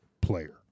player